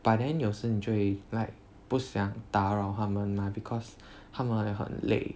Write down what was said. but then 有时你就会 like 不想打扰他们 mah because 他们也很累